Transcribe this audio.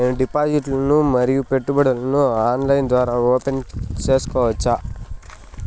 నేను డిపాజిట్లు ను మరియు పెట్టుబడులను ఆన్లైన్ ద్వారా ఓపెన్ సేసుకోవచ్చా?